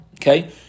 okay